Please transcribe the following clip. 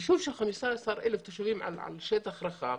ישוב עם 15,000 תושבים על שטח רחב,